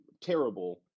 terrible